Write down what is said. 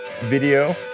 video